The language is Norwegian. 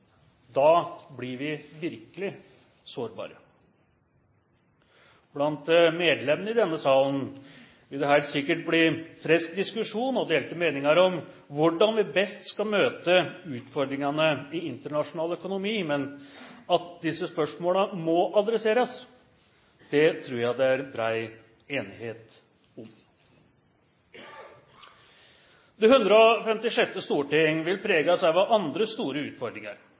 da blir vi virkelig sårbare. Blant medlemmene i denne salen vil det helt sikkert bli frisk diskusjon og delte meninger om hvordan vi best skal møte utfordringene i internasjonal økonomi. Men at disse spørsmålene må adresseres, tror jeg det er bred enighet om. Det 156. storting vil preges også av andre store utfordringer.